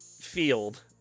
field